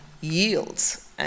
yields